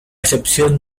excepción